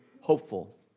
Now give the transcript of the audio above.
hopeful